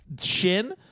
shin